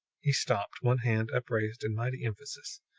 he stopped, one hand upraised in mighty emphasis,